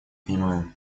понимаю